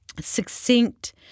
succinct